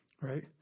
right